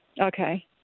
Okay